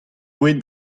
boued